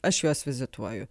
aš juos vizituoju